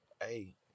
Hey